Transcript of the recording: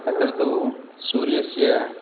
अत्र तु सूर्यस्य